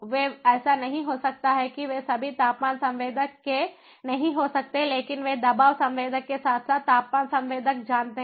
वे ऐसा नहीं हो सकता है कि वे सभी तापमान संवेदक के नहीं हो सकते हैं लेकिन वे दबाव संवेदक के साथ साथ तापमान संवेदक जानते हैं